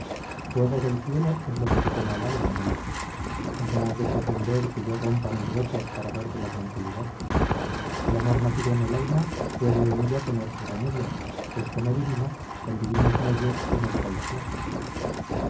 fuego del cielo es lo que te quema el alma nelet mas no has de pretender que yo rompa mis votos para darte la tranquilidad el amor nacido en el alma puede en ella tener su remedio pues como divino con divinos medios se modera y aplaca